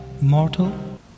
Mortal